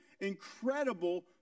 incredible